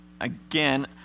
again